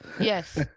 yes